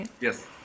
Yes